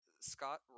Scott